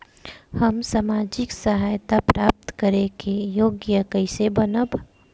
हम सामाजिक सहायता प्राप्त करे के योग्य कइसे बनब?